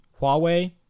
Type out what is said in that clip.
Huawei